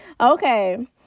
Okay